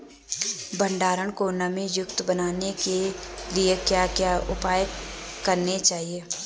भंडारण को नमी युक्त बनाने के लिए क्या क्या उपाय करने चाहिए?